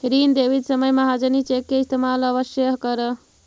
ऋण देवित समय महाजनी चेक के इस्तेमाल अवश्य करऽ